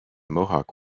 mohawk